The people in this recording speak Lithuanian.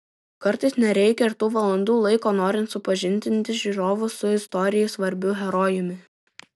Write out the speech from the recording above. kartais nereikia ir tų valandų laiko norint supažindinti žiūrovus su istorijai svarbiu herojumi